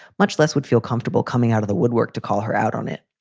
much less would feel comfortable coming out of the woodwork to call her out on it.